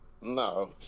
No